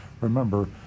Remember